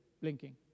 blinking